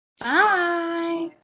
Bye